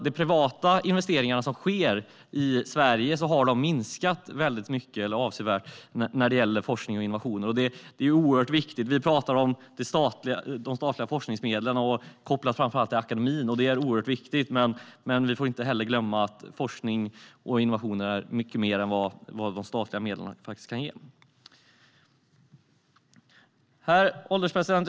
De privata investeringar som sker i Sverige har nämligen minskat avsevärt när det gäller forskning och innovationer. Vi talar om de statliga forskningsmedlen kopplat framför allt till akademin, och det är oerhört viktigt. Vi får dock inte glömma att forskning och innovationer är mycket mer än vad de statliga medlen kan ge. Herr ålderspresident!